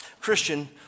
Christian